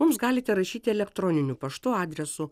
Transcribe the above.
mums galite rašyti elektroniniu paštu adresu